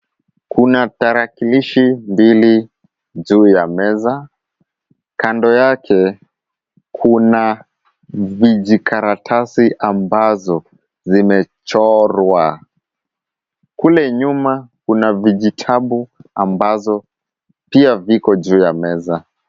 Kuna tarakilishi mbili juu ya meza, kando yake kuna vijikaratasi ambavyo vimechorwa, kule nyuma kuna vijitabu ambavyo pia viko juu ya meza.